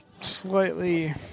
slightly